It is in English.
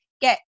get